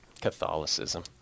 Catholicism